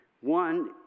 One